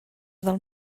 del